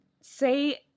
say